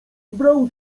brał